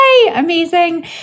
Amazing